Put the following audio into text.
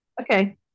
Okay